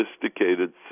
sophisticated